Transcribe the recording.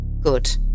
Good